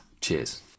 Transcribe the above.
Cheers